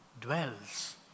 dwells